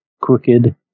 crooked